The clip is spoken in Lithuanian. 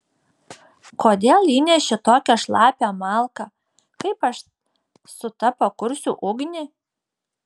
kodėl įneši tokią šlapią malką kaip aš su ta pakursiu ugnį